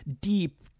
deep